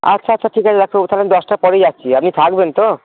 আচ্ছা আচ্ছা ঠিক আছে ডাক্তারবাবু তাহলে আমি দশটার পরেই যাচ্ছি আপনি থাকবেন তো